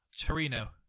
Torino